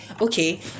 Okay